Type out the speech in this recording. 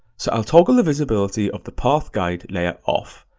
so i'll toggle the visibility of the path guide layer off.